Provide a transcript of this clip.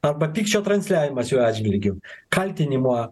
arba pykčio transliavimas jų atžvilgiu kaltinimo